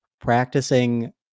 practicing